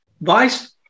vice